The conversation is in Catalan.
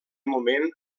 moment